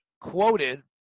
quoted